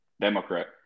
Democrat